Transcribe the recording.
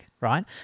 right